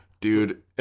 Dude